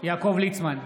יעקב ליצמן,